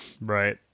right